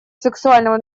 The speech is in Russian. сексуального